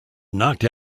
knocked